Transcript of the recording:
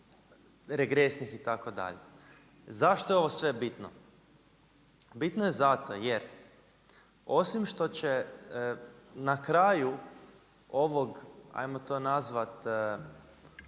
regresnih itd.. Zašto je ovo sve bitno? Bitno je zato jer osim što će na kraju ovog hajmo to nazvati,